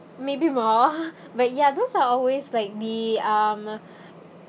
maybe more but ya those are always like the um